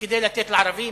כדי לתת לערבים?